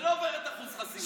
שלא עוברת את אחוז החסימה.